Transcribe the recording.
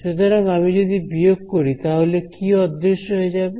সুতরাং আমি যদি বিয়োগ করি তাহলে কি অদৃশ্য হয়ে যাবে